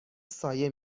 سایه